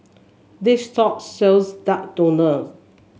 this shop sells Duck Noodle